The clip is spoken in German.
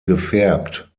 gefärbt